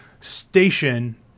Station